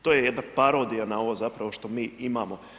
To je jedna parodija na ovo zapravo što mi imamo.